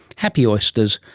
happy oysters,